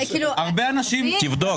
תבדוק.